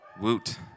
Woot